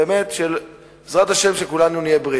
באמת, בעזרת השם, שכולנו נהיה בריאים.